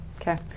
okay